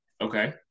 Okay